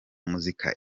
muzika